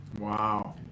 Wow